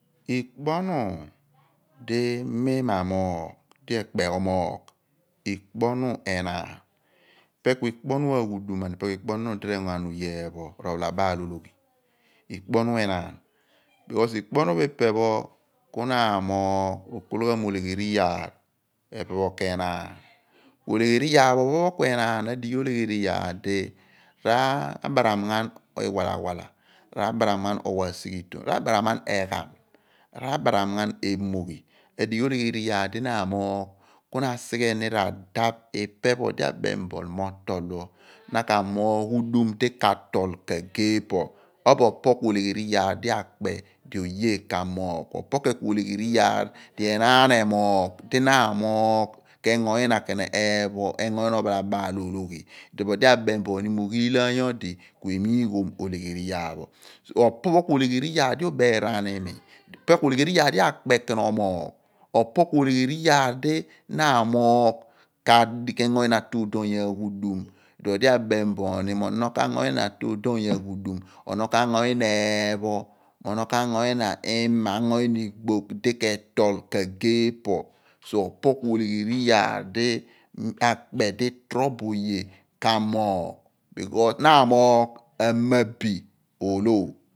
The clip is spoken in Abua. Ikpo ohnu di mi ma moogh di ekpe omoogh, ikpo ohnu ke enaan, ipe ku ikpo ohnu aghudum, ipe ku ikpu ohnu di r´engo ghan oye eephu r´ophalabaal ologhi. Iklpu ohnu enaan because ikpo ohnu pho ipe pho ku na amoogh ro kol gham mo oleghori oyaar pho ke enaan. Olegheri iyaar pho ophon ke enaan edighi olegheri iyaar di ra|baran iwalabaram ra|baram ghan owa asighiton ra|baram ghan egham, ra|baram gjan emoghi, adighi oleghen. Iyaar di na amoogh ku na asighe ni ku adaph ipe pho odi abem bo mo tol pho, na ka amoogh ghudum di ka tol kagee po obo opo ku oleghori iyaar di akpe di oye ka amoogh ku opo ken ku olegheri iyaar di enaan emoogh di na amoogh ke engo nyina ken eepho, engo ina uphalabaal olughi idum odi abem bo oni mo ighilaanu odi ku emii ghom olegham iyaar pho so opo pho ku olegheri iyaar di uubeeraan imi ipe ku olegheri iyaar di akpe ken omoogh opo ku olegheri iyaar dina amoogh, ke engo nyina tuu doony aghudum iduon odi abem bo oni mo ono ka ngo ina tuudoony ghudum kango nyina eepho, mo onu ka ngu nyina ima r´igbogh di kerol kagee po so opu ku olegheri iyaar di akpe di torobo oye ka moogh because na amoogh amabi oolo.